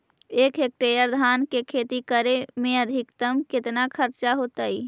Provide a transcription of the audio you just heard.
एक हेक्टेयर धान के खेती करे में अधिकतम केतना खर्चा होतइ?